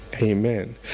Amen